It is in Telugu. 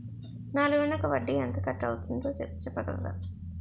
నా లోన్ యెక్క వడ్డీ ఎంత కట్ అయిందో చెప్పగలరా?